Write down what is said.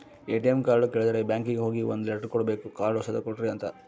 ATM card ಕಳುದ್ರೆ ಬ್ಯಾಂಕಿಗೆ ಹೋಗಿ ಒಂದ್ ಲೆಟರ್ ಕೊಡ್ಬೇಕು ಕಾರ್ಡ್ ಹೊಸದ ಕೊಡ್ರಿ ಅಂತ